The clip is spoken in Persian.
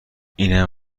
اینم